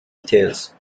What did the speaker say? details